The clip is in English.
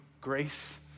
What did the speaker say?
grace